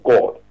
God